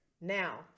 now